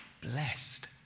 Blessed